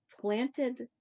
planted